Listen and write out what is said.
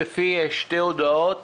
בפי שתי הודעות.